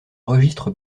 registre